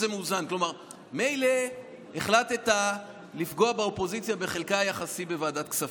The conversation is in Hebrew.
מילא החלטת לפגוע באופוזיציה ובחלקה היחסי בוועדת כספים,